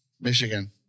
Michigan